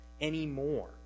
anymore